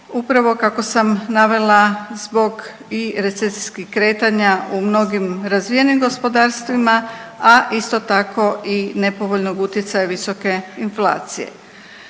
Upravo kako sam navela zbog i recesijskih kretanja u mnogim razvijenim gospodarstvima, a isto tako i nepovoljnog utjecaja visoke inflacije.